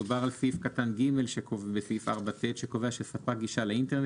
מדובר על סעיף קטן (ג) בסעיף 4ט שקובע שספק גישה לאינטרנט